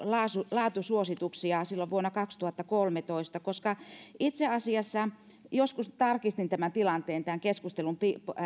laatusuosituksia heikennettiin silloin vuonna kaksituhattakolmetoista koska itse asiassa joskus tarkistin tämän tilanteen tämän keskustelun